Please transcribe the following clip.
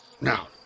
Now